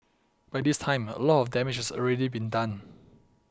by this time a lot of damage has already been done